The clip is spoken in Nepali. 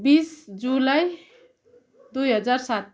बिस जुलाई दुई हजार सात